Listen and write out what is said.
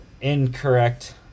incorrect